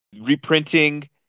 reprinting